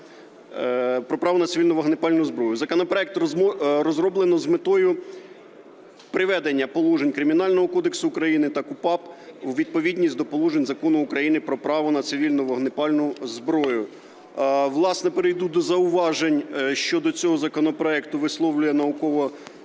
"Про право на цивільну вогнепальну зброю". Законопроект розроблено з метою приведення положень Кримінального кодексу України та КУпАП у відповідність до положень Закону України "Про право на цивільну вогнепальну зброю". Власне, перейду до зауважень, що до цього законопроекту висловлює Головне